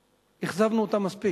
אכזבנו אותם מספיק.